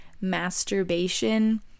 masturbation